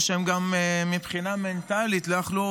או שהם גם מבחינה מנטלית לא יכלו